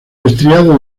estriado